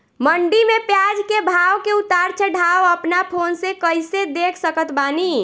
मंडी मे प्याज के भाव के उतार चढ़ाव अपना फोन से कइसे देख सकत बानी?